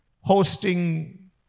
hosting